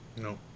No